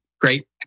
Great